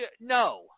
no